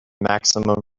maximum